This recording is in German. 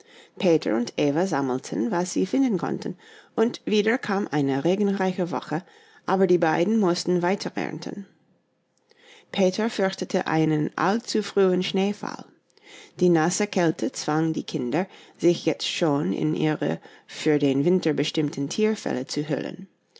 peter und eva sammelten was sie finden konnten und wieder kam eine regenreiche woche aber die beiden mußten weiterernten peter fürchtete einen allzu frühen schneefall die nasse kälte zwang die kinder sich jetzt schon in ihre für den winter bestimmten tierfelle zu hüllen